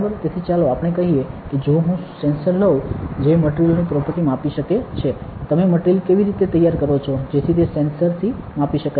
તેથી ચાલો આપણે કહીએ કે જો હું સેન્સર લઉં જે મટિરિયલ ની પ્રોપર્ટીને માપી શકે તમે મટિરિયલ કેવી રીતે તૈયાર કરો છો જેથી તે સેન્સરથી માપી શકાય છે